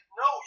no